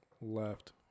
left